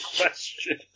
question